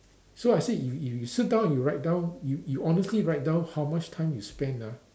so I said you you you sit down and write down you you honestly write down how much time you spend ah